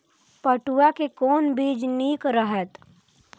पटुआ के कोन बीज निक रहैत?